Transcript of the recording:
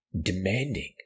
Demanding